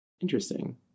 Interesting